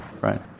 Right